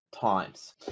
times